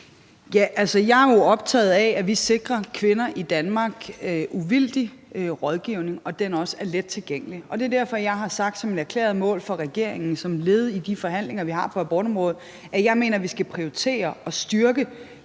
Jeg er jo optaget af, at vi sikrer kvinder i Danmark uvildig rådgivning, og at den også er let tilgængelig. Det er derfor, jeg som et erklæret mål for regeringen som led i de forhandlinger, vi har på abortområdet, har sagt, at jeg mener, at vi skal prioritere og styrke